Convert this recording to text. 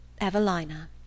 Evelina